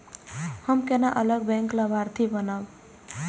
हम केना अलग बैंक लाभार्थी बनब?